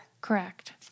Correct